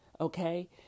Okay